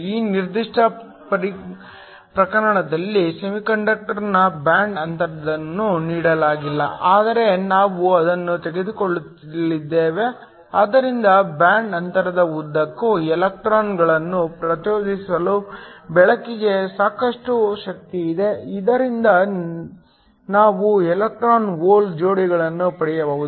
ಈ ನಿರ್ದಿಷ್ಟ ಪ್ರಕರಣದಲ್ಲಿ ಸೆಮಿಕಂಡಕ್ಟರ್ನ ಬ್ಯಾಂಡ್ ಅಂತರವನ್ನು ನೀಡಲಾಗಿಲ್ಲ ಆದರೆ ನಾವು ಅದನ್ನು ತೆಗೆದುಕೊಳ್ಳಲಿದ್ದೇವೆ ಆದ್ದರಿಂದ ಬ್ಯಾಂಡ್ ಅಂತರದ ಉದ್ದಕ್ಕೂ ಎಲೆಕ್ಟ್ರಾನ್ಗಳನ್ನು ಪ್ರಚೋದಿಸಲು ಬೆಳಕಿಗೆ ಸಾಕಷ್ಟು ಶಕ್ತಿಯಿದೆ ಇದರಿಂದ ನಾವು ಎಲೆಕ್ಟ್ರಾನ್ ಹೋಲ್ ಜೋಡಿಗಳನ್ನು ಪಡೆಯಬಹುದು